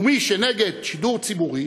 ומי שנגד שידור ציבורי,